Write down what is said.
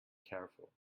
careful